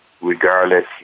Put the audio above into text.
regardless